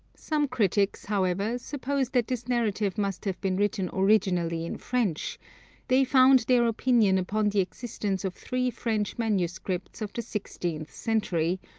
some critics, however, suppose that this narrative must have been written originally in french they found their opinion upon the existence of three french manuscripts of the sixteenth century,